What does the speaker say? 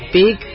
big